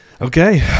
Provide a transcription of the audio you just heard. Okay